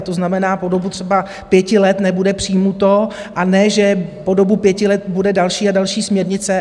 To znamená, po dobu třeba pěti let nebude přijato, a ne že po dobu pěti let budou další a další směrnice.